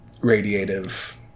radiative